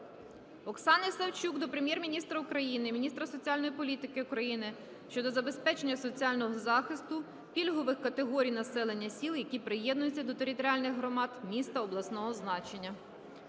Оксани Савчук до Прем'єр-міністра України, міністра соціальної політики України щодо забезпечення соціального захисту пільгових категорій населення сіл, які приєднуються до територіальних громад міст обласного значення.